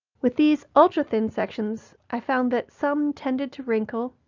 with these ultra-thin sections, i found that some tended to wrinkle,